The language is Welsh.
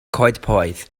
coedpoeth